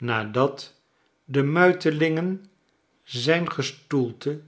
nadat de muitelingen zijn gestoelte